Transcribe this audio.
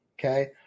okay